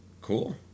Cool